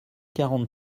quarante